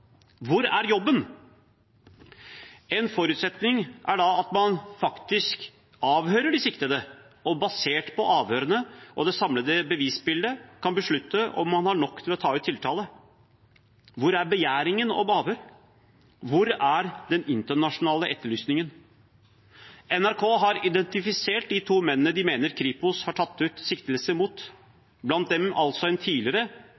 Hvor er jobben? En forutsetning er da at man faktisk avhører de siktede og basert på avhørene og det samlede bevisbildet kan beslutte om man har nok til å ta ut tiltale. Hvor er begjæringen om avhør? Hvor er den internasjonale etterlysningen? NRK har identifisert de to mennene de mener Kripos har tatt ut siktelser mot, blant dem altså en tidligere